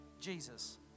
Jesus